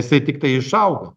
jisai tiktai išaugo